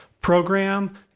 program